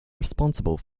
responsible